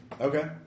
Okay